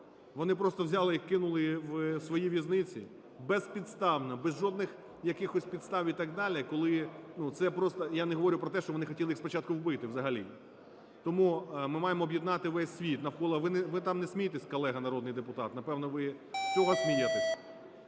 Вони просто взяли і кинули у свої в'язниці безпідставно, без жодних якихось підстав і так далі. Я не говорю про те, що вони хотіли їх спочатку вбити взагалі. Тому ми маємо об'єднати весь світ навколо… Ви там не смійтесь, колега народний депутат, напевно, ви з цього смієтесь?